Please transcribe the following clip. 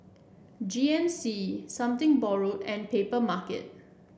G N C Something Borrowed and Papermarket